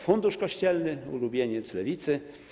Fundusz Kościelny, ulubieniec Lewicy.